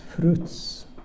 fruits